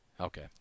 okay